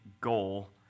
goal